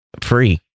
free